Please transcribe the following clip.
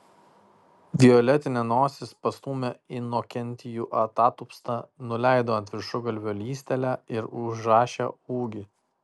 violetinė nosis pastūmė inokentijų atatupstą nuleido ant viršugalvio lystelę ir užrašė ūgį